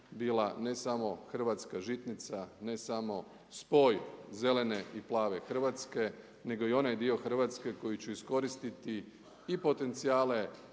bila ne samo hrvatska žitnica, ne samo spoj zelene i plave Hrvatske nego i onaj dio Hrvatske koji će iskoristiti i potencijale